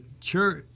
church